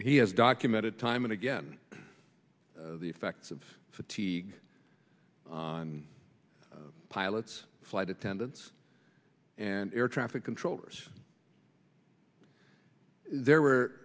he has documented time and again the effects of fatigue on pilots flight attendants and air traffic controllers there were